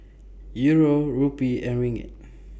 Euro Rupee and Ringgit